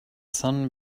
sun